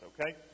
okay